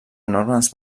enormes